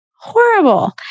horrible